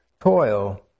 toil